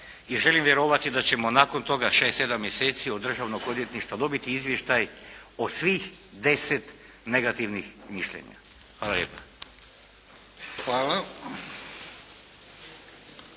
I želim vjerovati da ćemo nakon toga, šest, sedam mjeseci od državnog odvjetništva dobiti izvještaj o svih deset negativnih mišljenja. Hvala lijepa.